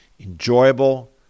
enjoyable